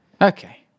Okay